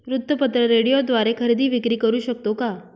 वृत्तपत्र, रेडिओद्वारे खरेदी विक्री करु शकतो का?